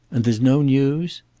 and there's no news?